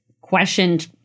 questioned